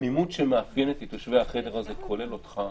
התמימות שמאפיינת את יושבי החדר הזה, כולל אותך,